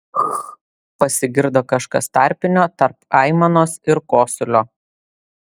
ch pasigirdo kažkas tarpinio tarp aimanos ir kosulio